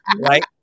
right